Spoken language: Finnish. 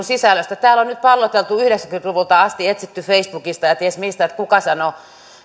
sisällöstä täällä on nyt palloteltu yhdeksänkymmentä luvulta asti etsitty facebookista ja ties mistä kuka sanoi